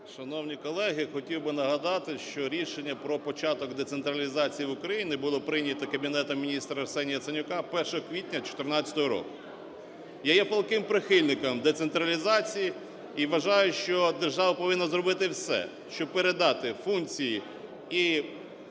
Шановні колеги, хотів би нагадати, що рішення про початок децентралізації в Україні було прийнято Кабінетом Міністрів Арсенія Яценюка 1 квітня 14-го року. Я є палким прихильником децентралізації і вважаю, що держава повинна зробити все, щоб передати функції і наповнення